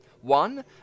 One